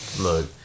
look